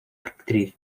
actriz